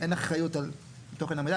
אין אחריות על תוכן המידע.